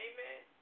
Amen